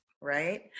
right